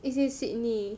it's in Sydney